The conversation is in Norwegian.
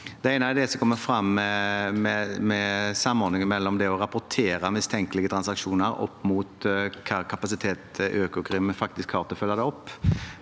Det ene er det som kommer fram om samordning mellom det å rapportere mistenkelige transaksjoner opp mot den kapasiteten Økokrim